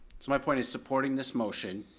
so my point is supporting this motion.